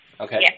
Okay